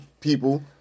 people